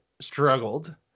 struggled